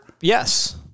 Yes